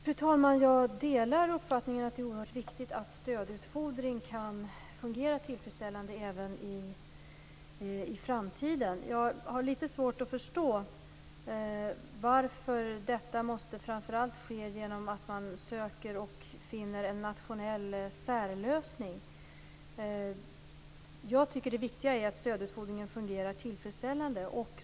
Fru talman! Jag delar uppfattningen att det är oerhört viktigt att stödutfodring kan fungera tillfredsställande även i framtiden. Jag har litet svårt att förstå varför detta framför allt måste ske genom att man söker och finner en nationell särlösning. Jag tycker att det viktiga är att stödutfodringen fungerar tillfredsställande.